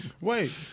Wait